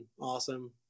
awesome